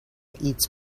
eats